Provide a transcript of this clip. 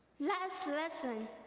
last lesson,